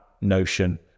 notion